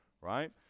right